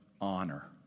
honor